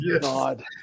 God